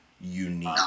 unique